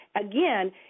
again